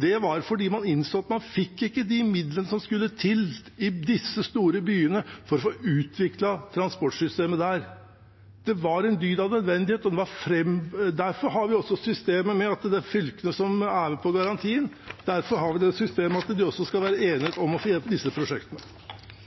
Det var fordi man innså at man fikk ikke de midlene som skulle til i disse store byene for å få utviklet transportsystemet der. Det var en dyd av nødvendighet, og derfor har vi systemet med at fylkene er med på garantien. Derfor har vi det systemet at det skal være